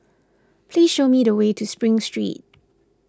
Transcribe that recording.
please show me the way to Spring Street